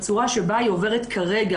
בצורה שבה היא עוברת כרגע,